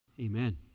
Amen